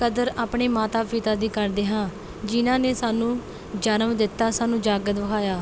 ਕਦਰ ਆਪਣੇ ਮਾਤਾ ਪਿਤਾ ਦੀ ਕਰਦੇ ਹਾਂ ਜਿਨ੍ਹਾਂ ਨੇ ਸਾਨੂੰ ਜਨਮ ਦਿੱਤਾ ਸਾਨੂੰ ਜੱਗ ਦਿਖਾਇਆ